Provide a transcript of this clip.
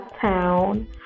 town